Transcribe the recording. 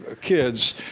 kids